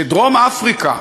שדרום-אפריקה,